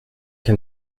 can